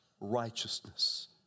righteousness